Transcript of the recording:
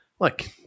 look